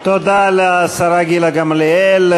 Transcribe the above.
תודה לשרה גילה גמליאל.